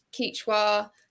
Quechua